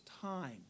time